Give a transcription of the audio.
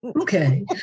Okay